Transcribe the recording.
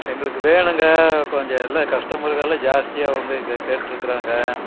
எங்களுக்கு வேணுங்க கொஞ்சம் எல்லாம் கஸ்டமர்களெல்லாம் ஜாஸ்தியாக வந்து கே கேட்டுருக்கிறாங்க